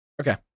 Okay